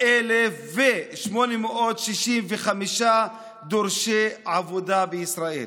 854,865 דורשי עבודה בישראל.